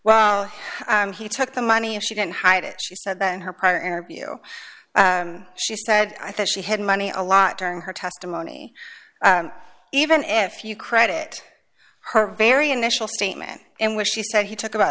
well he took the money and she didn't hide it she said in her prior interview she said i thought she had money a lot during her testimony even if you credit her very initial statement in which she said he took about